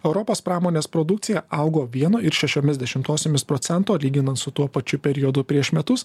europos pramonės produkcija augo vieno ir šešiomis dešimtosiomis procento lyginan su tuo pačiu periodu prieš metus